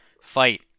fight